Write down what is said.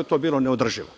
je to bilo neodrživo.